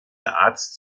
arzt